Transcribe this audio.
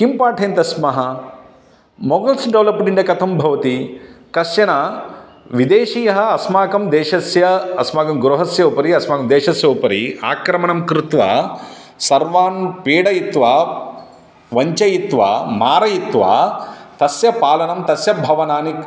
किं पाठयन्तस्मः Mughals developed India कथं भवति कश्चनः विदेशीयः अस्माकं देशस्य अस्माकं गृहस्य उपरि अस्माकं देशस्य उपरि आक्रमणं कृत्वा सर्वान् पीडयित्वा वञ्चयित्वा मारयित्वा तस्य पालनं तस्य भवनानाम्